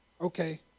Okay